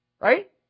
Right